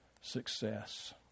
success